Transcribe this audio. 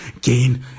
gain